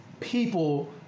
people